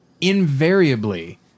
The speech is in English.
invariably